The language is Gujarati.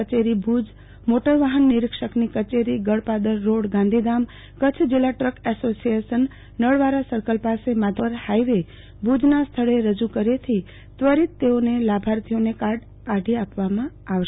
કચેરી ભુજ મોટર વાહન નિરીક્ષકની કચેરી ગળપાદર રોડ ગાંધીધામ કચ્છ જિલ્લા ટ્રક એસોસિએશન નળવાળા સર્કલ પાસે માધાપર હાઈવે ભુજ્ના સ્થળે રજુ કર્યેથી ત્વરીત તેઓને લાભાર્થીનો કાર્ડ કાઢી આપવામાં આવશે